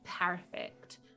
perfect